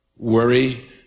Worry